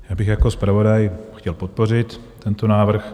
Já bych jako zpravodaj chtěl podpořit tento návrh.